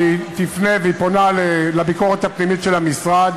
והיא תפנה והיא פונה לביקורת הפנימית של המשרד